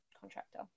contractor